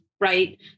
right